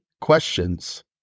Questions